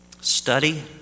study